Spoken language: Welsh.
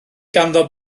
ganddo